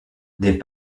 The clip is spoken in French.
des